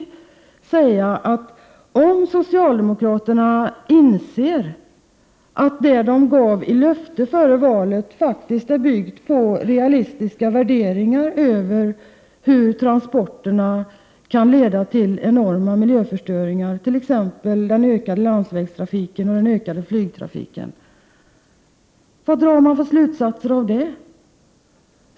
I det sammanhanget vill jag säga: Om socialdemokraterna inser att det som de gav i löfte före valet faktiskt var byggt på realistiska värderingar av hur transporterna kan leda till enorm miljöförstöring, t.ex. genom den ökade landsvägstrafiken och den ökade flygtrafiken, vad drar man för slutsatser av det?